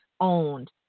owned